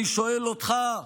אני שואל אותך,